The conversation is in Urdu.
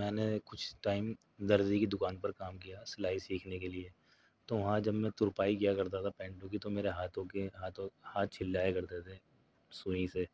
میں نے کچھ ٹائم درزی کی دکان پر کام کیا سلائی سیکھنے ہے لیے تو وہاں جب میں ترپائی کیا کرتا تھا پینٹوں کی تو میرے ہاتھوں کے ہاتھوں ہاتھ چھل جایا کرتے تھے سوئی سے